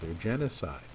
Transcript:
genocide